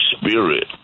spirit